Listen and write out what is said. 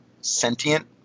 sentient